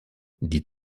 die